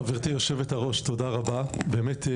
חברתי היו"ר, ממש תודה רבה באמת.